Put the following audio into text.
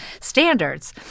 standards